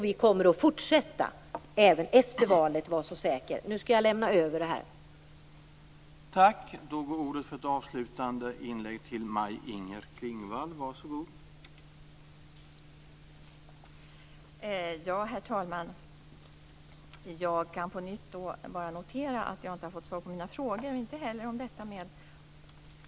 Vi kommer att fortsätta kämpa även efter valet, var så säker. Jag skall nu lämna över vårt förslag.